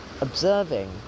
observing